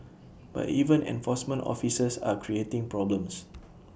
but even enforcement officers are creating problems